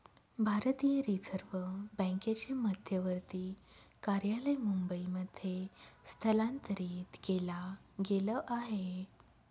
भारतीय रिझर्व बँकेचे मध्यवर्ती कार्यालय मुंबई मध्ये स्थलांतरित केला गेल आहे